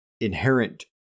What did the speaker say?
inherent